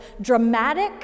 dramatic